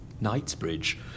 Knightsbridge